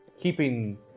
keeping